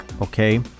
okay